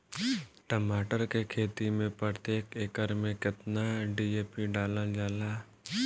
टमाटर के खेती मे प्रतेक एकड़ में केतना डी.ए.पी डालल जाला?